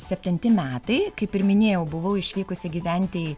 septinti metai kaip ir minėjau buvau išvykusi gyventi